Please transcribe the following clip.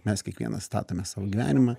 mes kiekvienas statome savo gyvenimą